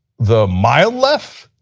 the mild left?